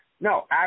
no